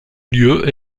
lieu